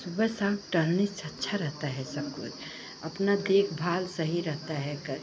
सुबह शाम तहलने से अच्छा रहता है सब कुछ अपनी देखभाल सही रहती है करना